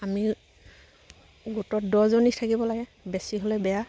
আমি গোটত দহজনী থাকিব লাগে বেছি হ'লে বেয়া